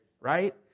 right